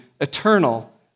eternal